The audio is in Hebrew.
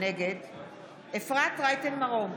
נגד אפרת רייטן מרום,